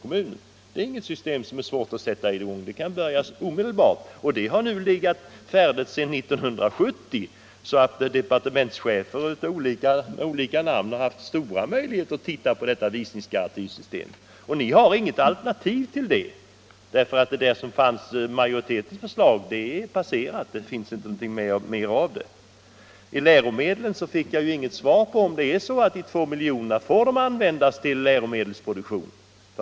Hälften av dessa medel skulle betalas av staten och hälften av kommunen. Detta system har nu legat färdigutarbetat sedan 1970. De olika cheferna för departementet har sedan dess således haft stora möjligheter att studera detta visningsgarantisystem. Ni har inget alternativ till det, eftersom majoritetens förslag är överspelat. Vad gäller läromedlen fick jag inget svar på frågan om de 2 miljonerna får användas till läromedelsproduktion.